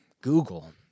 Google